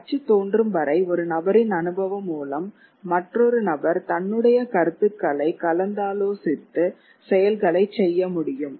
அச்சு தோன்றும் வரை ஒரு நபரின் அனுபவம் மூலம் மற்றொரு நபர் தன்னுடைய கருத்துக்களை கலந்தாலோசித்து செயல்களை செய்ய முடியும்